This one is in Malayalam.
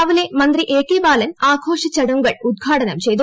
രാവിലെ മന്ത്രി എ കെ ബാലൻ ആഘോഷ ചടങ്ങുകൾ ഉദ്ഘാടനം ചെയ്തു